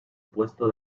puesto